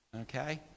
Okay